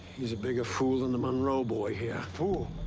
he's a bigger fool than the monroe boy here. fool?